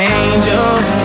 angels